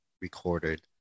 recorded